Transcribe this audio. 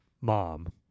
mom